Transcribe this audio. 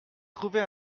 trouver